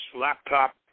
laptop